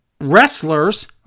wrestlers